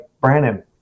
Brandon